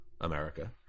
America